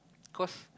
cause